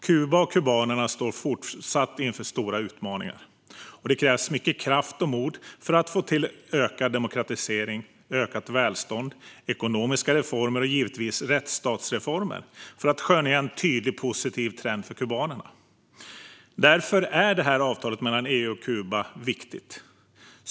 Kuba och kubanerna står även fortsättningsvis inför stora utmaningar, och det krävs mycket kraft och mod för att få till ökad demokratisering, ökat välstånd, ekonomiska reformer och givetvis rättsstatsreformer för att skönja en tydlig positiv trend för kubanerna. Därför är det här avtalet mellan EU och Kuba viktigt.